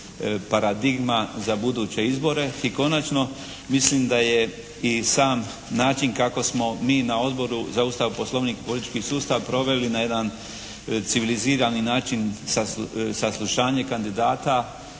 paradigma za buduće izbore. I konačno mislim da je i sam način kako smo mi na Odboru za Ustav, Poslovnik i politički sustav proveli na jedan civilizirani način saslušanje kandidata